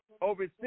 Over